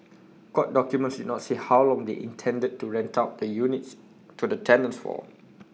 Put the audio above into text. court documents did not say how long they intended to rent out the units to the tenants for